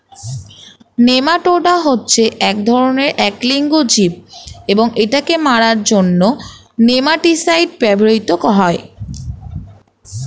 nematoda হচ্ছে এক ধরণের এক লিঙ্গ জীব এবং এটাকে মারার জন্য নেমাটিসাইড ব্যবহৃত হয়